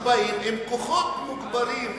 שבאה עם כוחות מוגברים,